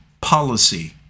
policy